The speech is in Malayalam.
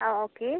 ആ ഓക്കെ